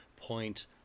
Point